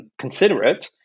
considerate